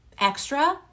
extra